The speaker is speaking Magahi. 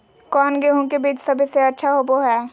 कौन गेंहू के बीज सबेसे अच्छा होबो हाय?